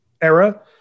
era